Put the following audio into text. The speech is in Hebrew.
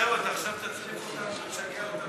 זהו, אתה עכשיו תטריף אותנו ותשגע אותנו